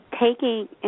taking